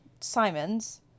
Simon's